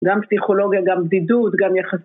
גם פסיכולוגיה, גם בדידות, גם יחס...